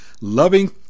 loving